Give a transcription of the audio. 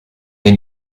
est